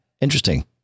Interesting